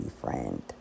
friend